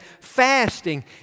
Fasting